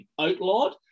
outlawed